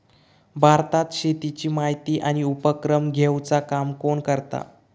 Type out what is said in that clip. भारतात शेतीची माहिती आणि उपक्रम घेवचा काम कोण करता?